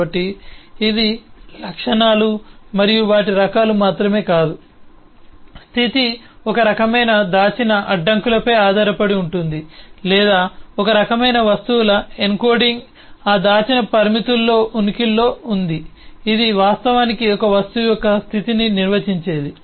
కాబట్టి ఇది లక్షణాలు మరియు వాటి రకాలు మాత్రమే కాదు స్థితి ఒక రకమైన దాచిన అడ్డంకులపై ఆధారపడి ఉంటుంది లేదా ఒక రకమైన వస్తువుల ఎన్కోడింగ్ ఆ దాచిన పరిమితుల్లో ఉనికిలో ఉంది ఇది వాస్తవానికి ఒక వస్తువు యొక్క స్థితిని నిర్వచించేది